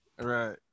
Right